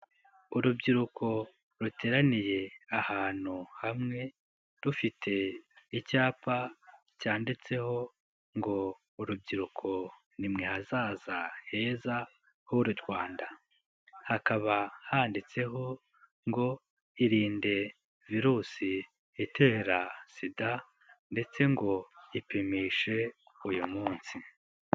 uUrubyiruko ruteraniye ahantu hamwe, rufite icyapa cyanditseho ngo urubyiruko ni mwe hazaza heza h'uru Rwanda, hakaba handitseho ngo irinde virusi itera Sida ndetse ngo ipimishe uyu munsi.